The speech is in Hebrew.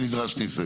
שנדרש ניסיון.